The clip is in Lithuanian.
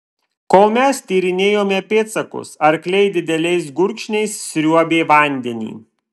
kol mes tyrinėjome pėdsakus arkliai dideliais gurkšniais sriuobė vandenį